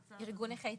ארגון נכי צה"ל?